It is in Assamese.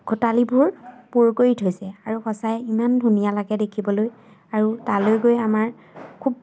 কোঠালিবোৰ পোৰ কৰি থৈছে আৰু সঁচাই ইমান ধুনীয়া লাগে দেখিবলৈ আৰু তালৈ গৈ আমাৰ খুব